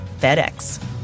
FedEx